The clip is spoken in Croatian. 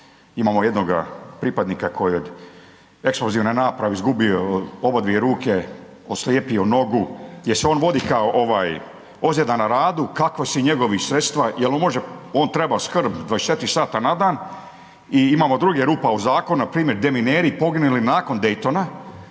imamo jednoga pripadnika, kojeg eksplozivne naprave, izgubio oba dvije ruke, oslijepio, nogu, gdje se on vodi, kao ovaj ozljeda na radu, …/Govornik se ne razumije./… sredstva jel on može, on treba skrb 24 sat na dan i imao drugih rupa u zakonu, npr. …/Govornik se ne razumije./… poginuli nakon Daytona,